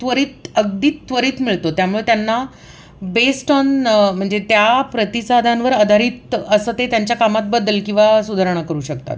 त्वरित अगदी त्वरित मिळतो त्यामुळे त्यांना बेस्ट ऑन म्हणजे त्या प्रतिसादांवर आधारित असं ते त्यांच्या कामात बदल किंवा सुधारणा करू शकतात